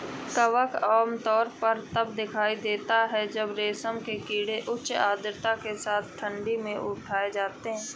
कवक आमतौर पर तब दिखाई देता है जब रेशम के कीड़े उच्च आर्द्रता के साथ ठंडी में उठाए जाते हैं